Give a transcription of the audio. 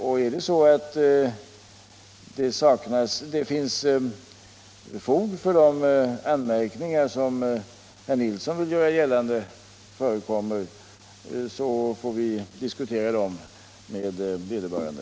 Om det därvid skulle visa sig att det finns fog för de anmärkningar beträffande samrådsförfarandet som herr Nilsson i Tvärålund har gjort, så skall vi diskutera detta med vederbörande.